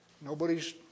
Nobody's